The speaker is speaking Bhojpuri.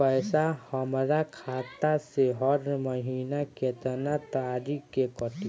पैसा हमरा खाता से हर महीना केतना तारीक के कटी?